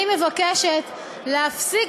אני מבקשת להפסיק